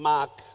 Mark